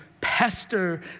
pester